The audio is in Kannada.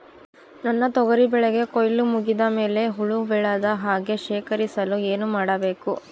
ನನ್ನ ತೊಗರಿ ಬೆಳೆಗೆ ಕೊಯ್ಲು ಮುಗಿದ ಮೇಲೆ ಹುಳು ಬೇಳದ ಹಾಗೆ ಶೇಖರಿಸಲು ಏನು ಮಾಡಬೇಕು?